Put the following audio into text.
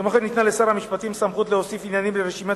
כמו כן ניתנה לשר המשפטים סמכות להוסיף עניינים לרשימת